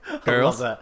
Girls